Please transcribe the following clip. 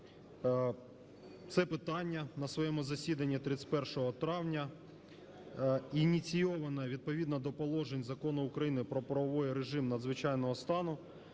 це питання на своєму засіданні 31 травня, ініційоване відповідно до положень Закону України "Про правовий режим надзвичайного стану"